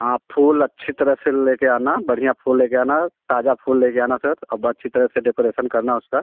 हाँ फूल अच्छी तरह से ले कर आना बढ़िया फूल ले कर आना ताज़ा फूल ले कर आना सर अब अच्छी तरह से डेकोरेसन करना उसका